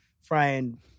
frying